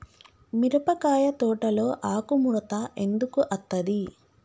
మిరపకాయ తోటలో ఆకు ముడత ఎందుకు అత్తది?